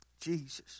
Jesus